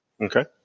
Okay